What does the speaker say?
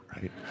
right